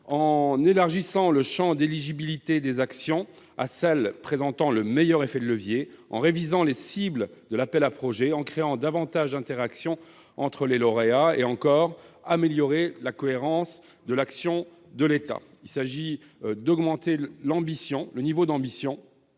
en élargissant le champ d'éligibilité des actions à celles qui présentent le meilleur effet de levier, en révisant les cibles de l'appel à projets, en créant davantage d'interaction entre les lauréats et en améliorant la cohérence de l'action de l'État. Il s'agit d'accroître le niveau d'ambition